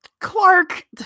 Clark